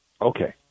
Okay